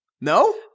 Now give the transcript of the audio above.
No